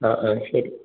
ആ ആ ശരി